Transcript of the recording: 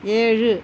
ஏழு